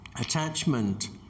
Attachment